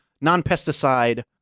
non-pesticide